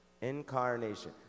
Incarnation